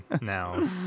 now